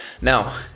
Now